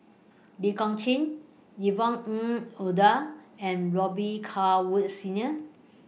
Lee Kong Chian Yvonne Ng Uhde and Robet Carr Woods Senior